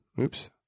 oops